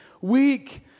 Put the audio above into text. weak